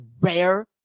rare